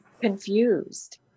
confused